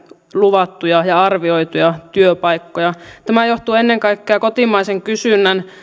luvattuja ja arvioituja työpaikkoja tämä johtuu ennen kaikkea kotimaisen kysynnän